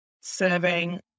serving